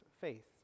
faith